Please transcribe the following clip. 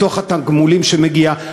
מתוך התגמולים שמגיעים.